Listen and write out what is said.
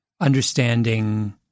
understanding